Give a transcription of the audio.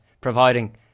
providing